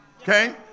Okay